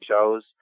shows